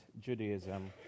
Judaism